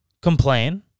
complain